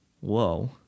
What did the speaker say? whoa